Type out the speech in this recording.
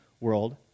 world